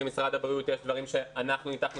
למשרד הבריאות יש דברים שאנחנו ניתחנו